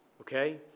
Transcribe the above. Okay